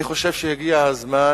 אני חושב שהגיע הזמן